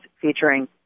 featuring